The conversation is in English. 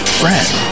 friend